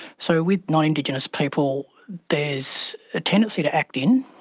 so, with non-indigenous people, there is a tendency to act-in